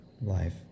life